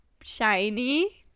shiny